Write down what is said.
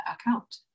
account